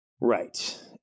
Right